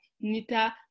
Nita